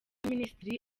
minisitiri